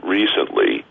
recently